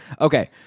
okay